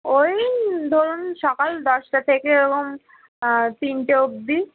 ওই ধরুন সকাল দশটা থেকে এরকম তিনটে অব্দি